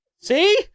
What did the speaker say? See